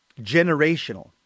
Generational